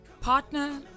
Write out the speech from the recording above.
partner